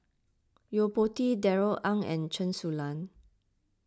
Yo Po Tee Darrell Ang and Chen Su Lan